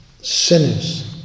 sinners